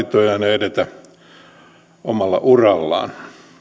edetä omalla urallaan